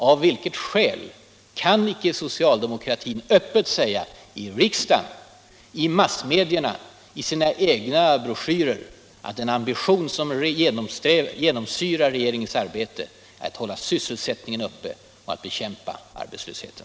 Av vilket skäl kan icke socialdemokratin öppet säga i riksdagen, i massmedierna, i sina egna broschyrer att den ambition som genomsyrar regeringsarbetet är att hålla sysselsättningen uppe och att bekämpa arbetslösheten?